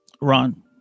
Ron